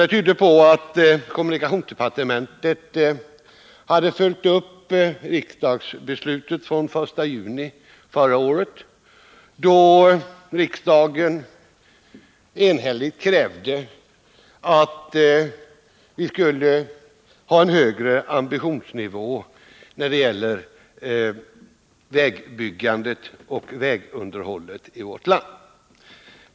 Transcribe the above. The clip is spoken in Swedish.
Det tydde på att kommunikationsdepartementet hade följt upp riksdagsbeslutet från den 1 juni förra året, då riksdagen enhälligt krävde att vi skulle ha en högre ambitionsnivå när det gäller vägbyggandet och vägunderhållet i vårt land.